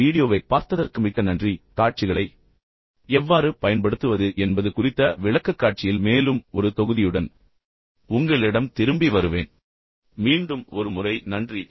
இந்த வீடியோவைப் பார்த்ததற்கு மிக்க நன்றி காட்சிகளை எவ்வாறு பயன்படுத்துவது என்பது குறித்த விளக்கக்காட்சியில் மேலும் ஒரு தொகுதியுடன் உங்களிடம் திரும்பி வருவேன்